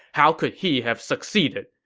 how could he have succeeded?